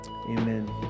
Amen